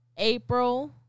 April